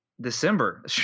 December